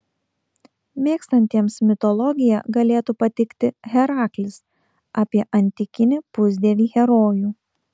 mėgstantiems mitologiją galėtų patikti heraklis apie antikinį pusdievį herojų